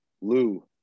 lou